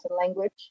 language